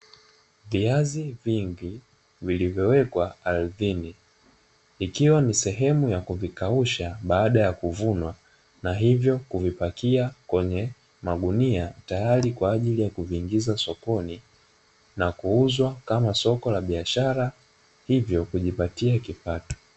Viazi vingi vilivyowekwa ardhini ikiwa ni sehemu ya kuvikausha baada ya kuvunwa na hivyo kuvipakia kwenye magunia tayari kwa ajili ya kuviingiza sokoni na kuuzwa kama zao la biashara hivyo kujipatia kipato.